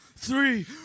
Three